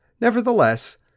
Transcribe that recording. nevertheless